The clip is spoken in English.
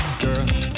girl